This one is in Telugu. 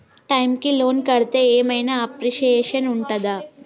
టైమ్ కి లోన్ కడ్తే ఏం ఐనా అప్రిషియేషన్ ఉంటదా?